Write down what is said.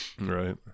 Right